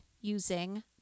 using